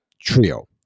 trio